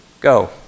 go